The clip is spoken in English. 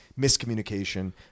Miscommunication